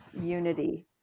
unity